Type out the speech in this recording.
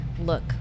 look